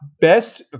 best